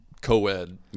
co-ed